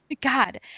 God